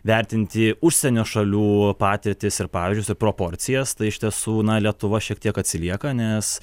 vertinti užsienio šalių patirtis ir pavyzdžius ir proporcijas tai iš tiesų lietuva šiek tiek atsilieka nes